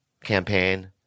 campaign